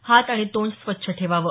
हात आणि तोंड स्वच्छ ठेवावं